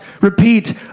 repeat